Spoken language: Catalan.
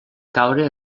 caure